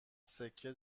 سکه